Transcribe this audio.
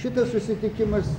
šitas susitikimas